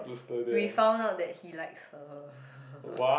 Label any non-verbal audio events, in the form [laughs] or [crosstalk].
we found out that he likes her [laughs]